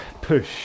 push